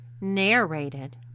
Narrated